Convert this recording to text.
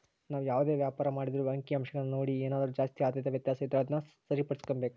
ನಾವು ಯಾವುದೇ ವ್ಯಾಪಾರ ಮಾಡಿದ್ರೂ ಅಂಕಿಅಂಶಗುಳ್ನ ನೋಡಿ ಏನಾದರು ಜಾಸ್ತಿ ಆದಾಯದ ವ್ಯತ್ಯಾಸ ಇದ್ರ ಅದುನ್ನ ಸರಿಪಡಿಸ್ಕೆಂಬಕು